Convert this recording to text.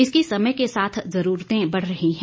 इसकी समय के साथ जरूरते बढ़ रही है